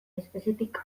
espezietik